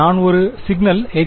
நான் ஒரு signal x